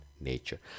nature